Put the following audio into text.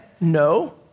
No